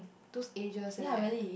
tooth edges leh